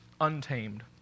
untamed